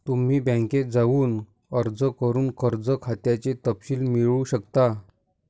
तुम्ही बँकेत जाऊन अर्ज करून कर्ज खात्याचे तपशील मिळवू शकता